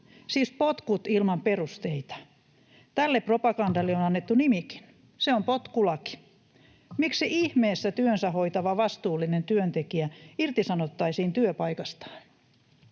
siis potkut ilman perusteita. Tälle propagandalle on annettu nimikin: se on potkulaki. Miksi ihmeessä työnsä hoitava vastuullinen työntekijä irtisanottaisiin työpaikastaan?